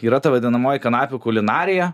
yra ta vadinamoji kanapių kulinarija